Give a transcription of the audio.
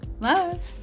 Love